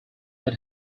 that